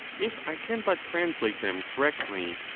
if i can but translate them correctly,